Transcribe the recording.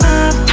up